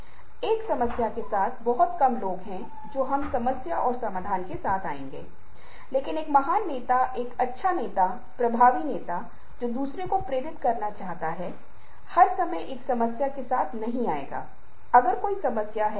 जबकि किसी देश या छोटे शहर में लोग इस तरह से हाथ मिला सकते हैं और कई अन्य स्थानों पर ऑस्ट्रेलिया जैसे दुर्लभ आबादी वाले क्षेत्रों में लोग हाथ भी नहीं हिला सकते हैं और क्योंकि निकटता हमें एक साथ लाती है और फिर स्पर्श व्यवहार शुरू होता है